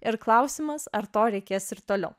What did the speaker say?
ir klausimas ar to reikės ir toliau